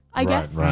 i guess.